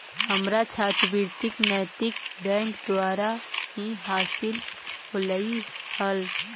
हमारा छात्रवृति नैतिक बैंक द्वारा ही हासिल होलई हल